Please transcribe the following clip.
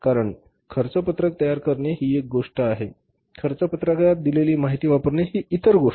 कारण खर्च पत्रक तयार करणे ही एक गोष्ट आहे खर्च पत्रकात दिलेली माहिती वापरणे ही इतर गोष्ट आहे